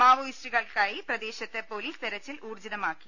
മാവോയിസ്റ്റുകൾക്കായി പ്രദേശത്ത് പൊലീസ് തെരച്ചിൽ ഊർജ്ജിതമാക്കി